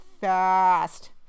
fast